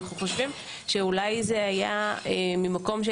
ואנחנו חושבים שאולי זה היה ממקום של